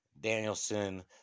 Danielson